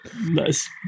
Nice